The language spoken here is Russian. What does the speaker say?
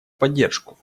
поддержку